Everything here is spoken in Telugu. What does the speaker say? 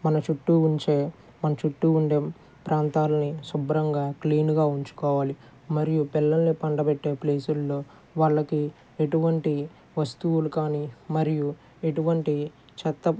మన చుట్టూ ఉంచే మన చుట్టూ ఉండే ప్రాంతాల్ని శుభ్రంగా క్లీన్గా ఉంచుకోవాలి మరియు పిల్లల్ని పండబెట్టే ప్లేసుల్లో వాళ్ళకి ఎటువంటి వస్తువులు కానీ మరియు ఎటువంటి చెత్త